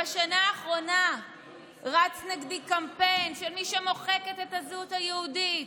בשנה האחרונה רץ נגדי קמפיין של מי שמוחקת את הזהות היהודית,